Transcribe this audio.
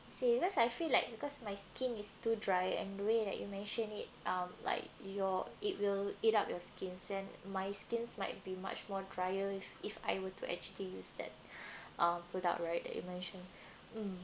I see because I feel like because my skin is too dry and the way that you mention it um like your it will eat up your skin so my skin's might be much more drier if if I were to actually use that um product right that you mention